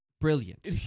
Brilliant